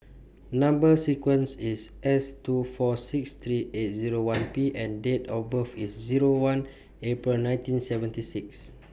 Number sequence IS S two four six three eight Zero one P and Date of birth IS Zero one April nineteen seventy six